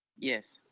yes.